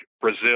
Brazil